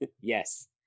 Yes